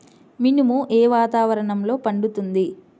మినుము ఏ వాతావరణంలో పండుతుంది?